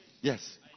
yes